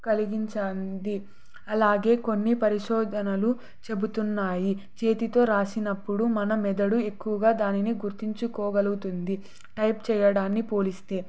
కలిగించింది అలాగే కొన్ని పరిశోధనలు చెబుతున్నాయి చేతితో రాసినప్పుడు మన మెదడు ఎక్కువగా దానిని గుర్తించుకోగలుగుతుంది టైప్ చేయడాన్ని పోలిస్తే